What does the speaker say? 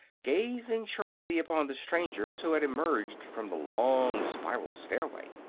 gazing sharply upon the strangers who had emerged from the long spiral stairway.